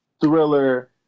thriller